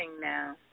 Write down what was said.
now